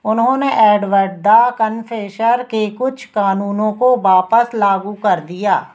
उन्होंने Edward the Confessor के कुछ क़ानूनों को वापस लागू कर दिया